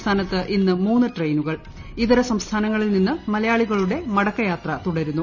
സംസ്ഥാനത്ത് ഇന്ന് മൂന്ന് ട്രെയിനുകൾ ഇതര സംസ്ഥാനങ്ങളിൽ നിന്ന് മലയാളികളുടെ മടക്കയാത്ര തുടരുന്നു